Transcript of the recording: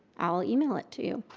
i'll email it to you.